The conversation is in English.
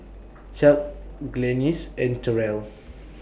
Chuck Glennis and Terrell